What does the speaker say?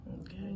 Okay